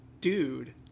dude